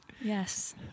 Yes